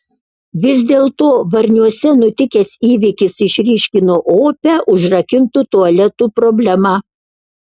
vis dėlto varniuose nutikęs įvykis išryškino opią užrakintų tualetų problemą